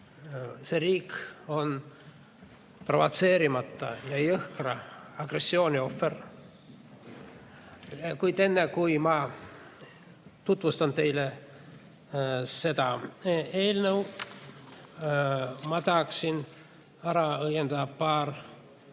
See riik on provotseerimata ja jõhkra agressiooni ohver. Kuid enne, kui ma tutvustan teile seda eelnõu, ma tahaksin ära õiendada paar